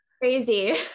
crazy